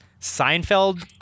Seinfeld